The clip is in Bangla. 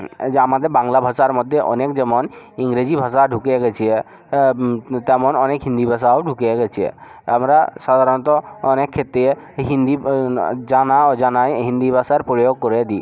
এই যে আমাদের বাংলা ভাষার মধ্যে অনেক যেমন ইংরেজি ভাষা ঢুকে গেছে তেমন অনেক হিন্দি ভাষাও ঢুকে গেছে আমরা সাধারণত অনেক ক্ষেত্রে হিন্দি জানা অজানায় হিন্দি ভাষার প্রয়োগ করে দিই